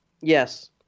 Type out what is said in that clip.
Yes